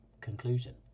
conclusion